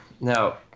Now